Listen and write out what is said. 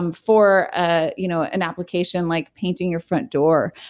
um for, ah you know an application like painting your front door,